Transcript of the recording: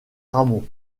ramón